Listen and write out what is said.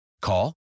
Call